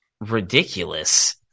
ridiculous